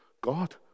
God